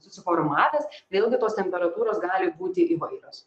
susiformavęs vėlgi tos temperatūros gali būti įvairios